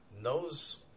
knows